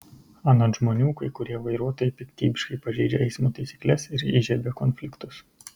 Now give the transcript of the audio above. anot žmonių kai kurie vairuotojai piktybiškai pažeidžia eismo taisykles ir įžiebia konfliktus